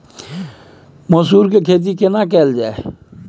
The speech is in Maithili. मसूर के खेती केना कैल जाय?